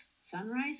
sunrise